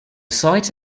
site